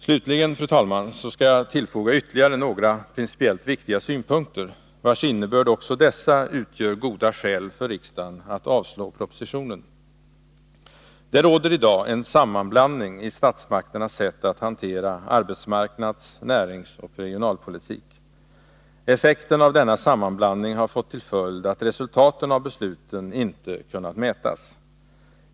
Slutligen, fru talman, skall jag tillfoga ytterligare några principiellt viktiga synpunkter, vilkas innebörd också utgör goda skäl för riksdagen att avslå propositionen. Det råder i dag en sammanblandning i statsmakternas sätt att hantera arbetsmarknads-, näringsoch regionalpolitik. Effekten av denna sammanblandning har fått till följd att resultaten av besluten inte har kunnat mätas.